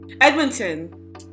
Edmonton